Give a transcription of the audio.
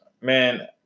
man